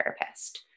therapist